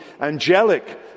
angelic